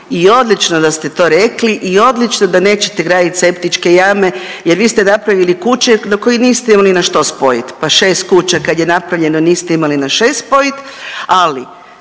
i odlično da ste to rekli i odlično da nećete graditi septičke jame jer vi ste napravili kuće na koje niste imali na što spojiti pa 6 kuća kad je napravljeno, niste imali na 6 spojit, ali,